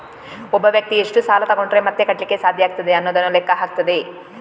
ಒಬ್ಬ ವ್ಯಕ್ತಿ ಎಷ್ಟು ಸಾಲ ತಗೊಂಡ್ರೆ ಮತ್ತೆ ಕಟ್ಲಿಕ್ಕೆ ಸಾಧ್ಯ ಆಗ್ತದೆ ಅನ್ನುದನ್ನ ಲೆಕ್ಕ ಹಾಕ್ತದೆ